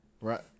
Right